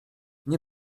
nie